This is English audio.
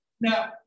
Now